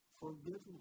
forgiveness